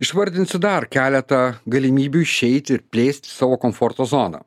išvardinsiu dar keletą galimybių išeiti ir plėsti savo komforto zoną